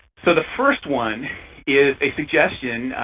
so the first one is a suggestion,